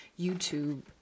YouTube